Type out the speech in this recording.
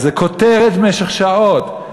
אז זה כותרת במשך שעות.